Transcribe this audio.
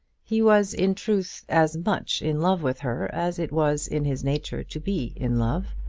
he was, in truth, as much in love with her as it was in his nature to be in love.